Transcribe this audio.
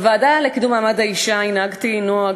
בוועדה לקידום מעמד האישה הנהגתי נוהג